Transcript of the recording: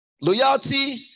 Loyalty